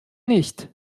nicht